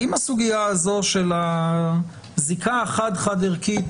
האם הסוגייה הזאת של זיקה חד חד ערכית